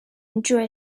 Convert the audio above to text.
enjoy